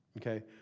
Okay